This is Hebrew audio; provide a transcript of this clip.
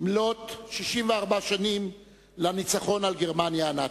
מלאות 64 שנים לניצחון על גרמניה הנאצית.